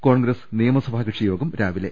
കോൺഗ്രസ് നിയമസഭാ കക്ഷിയോഗം രാവിലെ